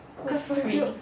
whose phone ringing